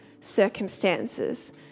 circumstances